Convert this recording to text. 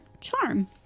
charm